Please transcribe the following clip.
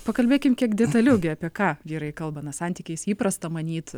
pakalbėkim kiek detaliau gi apie ką vyrai kalba na santykiais įprasta manyt